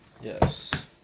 Yes